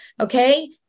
Okay